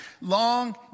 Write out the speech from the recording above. long